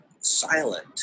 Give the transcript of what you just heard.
silent